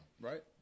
Right